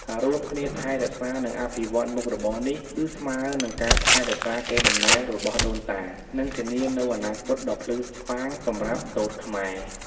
ការរួមគ្នាថែរក្សា និងអភិវឌ្ឍមុខរបរនេះ គឺស្មើនឹងការថែរក្សាកេរ្តិ៍ដំណែលរបស់ដូនតា និងធានានូវអនាគតដ៏ភ្លឺស្វាងសម្រាប់សូត្រខ្មែរ។